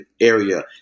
area